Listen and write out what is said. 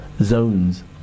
zones